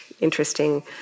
interesting